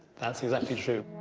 that's exactly true.